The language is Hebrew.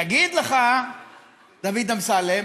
יגיד לך דוד אמסלם